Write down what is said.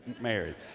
married